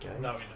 No